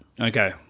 okay